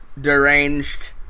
deranged